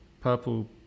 Purple